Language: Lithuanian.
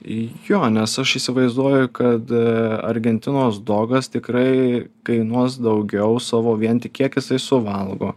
jo nes aš įsivaizduoju kad argentinos dogas tikrai kainuos daugiau savo vien tik kiek jisai suvalgo